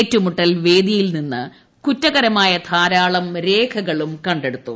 ഏറ്റുമുട്ടൽ വേദിയിൽ നിന്ന് കുറ്റകരമായ ധാരാളം രേഖകളും കണ്ടെടുത്തു